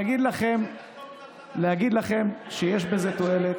להגיד לכם שיש בזה תועלת?